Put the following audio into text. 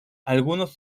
algunos